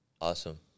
Awesome